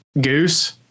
Goose